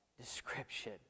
...description